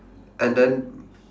and then